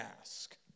ask